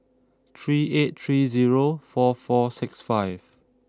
three eight three zero four four six five